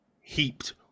heaped